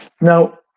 Now